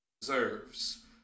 deserves